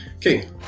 Okay